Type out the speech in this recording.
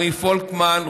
רועי פולקמן,